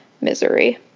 misery